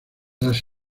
las